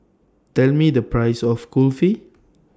Tell Me The priceS of Kulfi